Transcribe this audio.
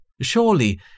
Surely